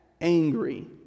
angry